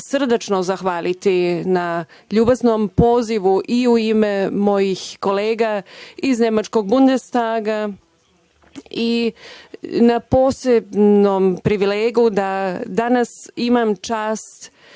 se zahvalim na ljubaznom pozivu i u ime mojih kolega iz nemačkog Bundestaga i na posebnoj privilegiji da danas imam čast